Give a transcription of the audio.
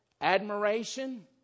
admiration